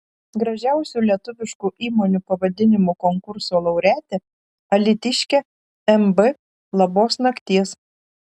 gražiausių lietuviškų įmonių pavadinimų konkurso laureatė alytiškė mb labos nakties